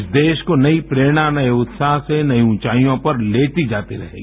इस देश को नई प्रेरणा नये उत्साह से नई ऊंचाइयों पर लेती जाती रहेगी